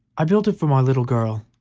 i built it for my little girl.